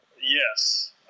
Yes